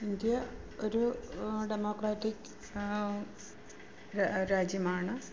India ഒരു democratic രാജ്യമാണ്